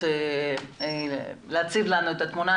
אותות כדי להציג לנו את התמונה,